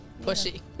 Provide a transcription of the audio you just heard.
pushy